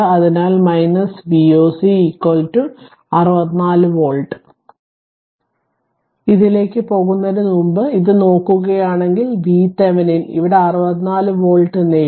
അതിനാൽ Vocമായ്ക്കട്ടെ 64 വോൾട്ട് അതിനാൽ ഇതിലേക്ക് പോകുന്നതിനുമുമ്പ് ഇത് നോക്കുകയാണെങ്കിൽ VThevenin ഇവിടെ 64 വോൾട്ട് നേടി